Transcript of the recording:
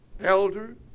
Elder